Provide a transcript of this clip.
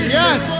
yes